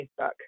Facebook